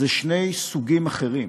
אלה שני סוגים שונים: